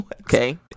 Okay